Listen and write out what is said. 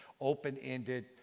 open-ended